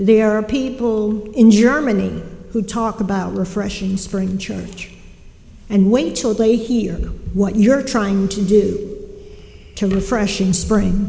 there are people in germany who talk about refreshing spring church and wait till they hear what you're trying to do to refreshing spring